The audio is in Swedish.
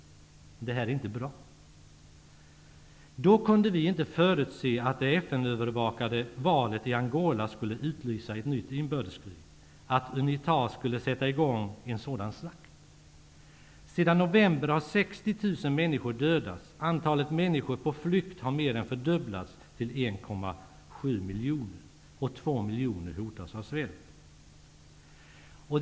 Det är inte bra. Då kunde vi inte förutse att det FN-övervakade valet i Angola skulle utlösa ett nytt inbördeskrig, att Unita skulle sätta i gång en sådan slakt. Sedan november har 60 000 människor dödats. Antalet människor på flykt har mer än fördubblats till 1,7 miljoner. Två miljoner hotas av svält.